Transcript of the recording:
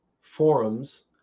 forums